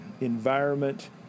environment